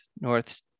north